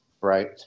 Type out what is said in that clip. right